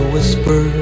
Whisper